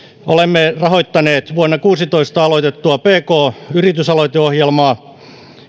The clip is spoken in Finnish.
olemme rahoittaneet vuonna kuusitoista aloitettua pk yritysaloiteohjelmaa